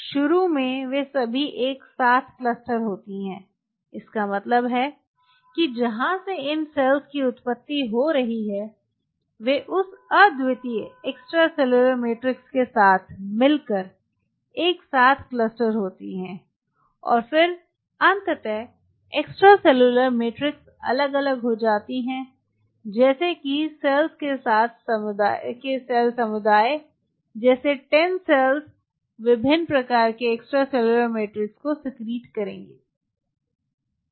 शुरू में वे सभी एक साथ क्लस्टर होती हैं इसका मतलब है कि जहाँ से इन सेल्स की उत्पत्ति हो रही है वे उस अद्वितीय एक्स्ट्रासेलुलर मैट्रिक्स के साथ मिलकर एक साथ क्लस्टर होती हैं और फिर अंततः एक्स्ट्रासेलुलर मैट्रिक्स अलग अलग हो जाती हैं जैसे कि सेल्स के सेल समुदाय जैसे 10 सेल्स विभिन्न प्रकार के एक्स्ट्रासेलुलर मैट्रिक्स को सिक्रीट करेंगी